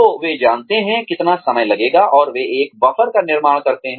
तो वे जानते हैं कितना समय लगेगा और वे एक बफर का निर्माण करते हैं